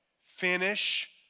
finish